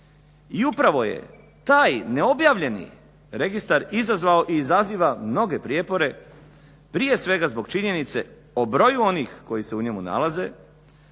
I upravo je taj neobjavljeni registar izazvao i izaziva mnoge prijepore prije svega zbog činjenice o broju onih koji se u njemu nalaze,